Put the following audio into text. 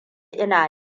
ina